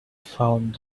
found